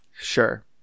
Sure